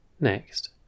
Next